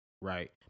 right